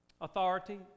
authority